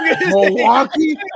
Milwaukee